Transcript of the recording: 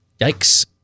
Yikes